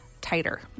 tighter